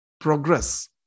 progress